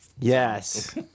Yes